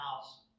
house